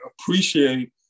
appreciate